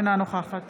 אינה נוכחת